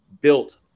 built